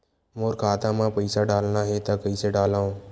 मोर खाता म पईसा डालना हे त कइसे डालव?